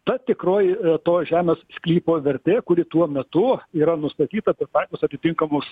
ta tikroji to žemės sklypo vertė kuri tuo metu yra nustatyta pritaikius atitinkamus